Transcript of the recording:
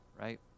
right